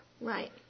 Right